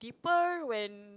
deeper when